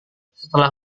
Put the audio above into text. setelah